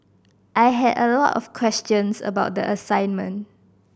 I had a lot of questions about the assignment